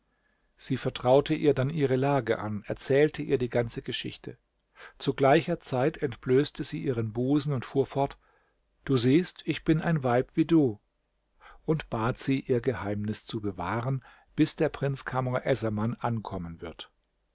sie vertraute ihr dann ihre lage an erzählte ihr ihre ganze geschichte zu gleicher zeit entblößte sie ihren busen und fuhr fort du siehst ich bin ein weib wie du und bat sie ihr geheimnis zu bewahren bis der prinz kamr essaman ankommen wird